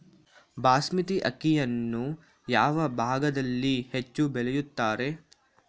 ಬಾಸ್ಮತಿ ಅಕ್ಕಿಯನ್ನು ಯಾವ ಭಾಗದಲ್ಲಿ ಹೆಚ್ಚು ಬೆಳೆಯುತ್ತಾರೆ?